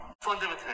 Fundamental